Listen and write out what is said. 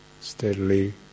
steadily